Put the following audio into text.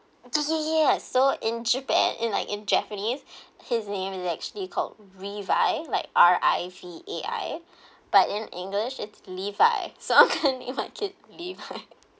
ya ya ya so in japan and like in japanese his name is actually called rivai like R_I_V_A_I but in english it's levi so I'm gonna name my kids levi